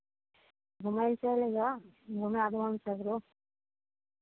घुमय लेल चलि अइअह घुमाए देबनि सगरो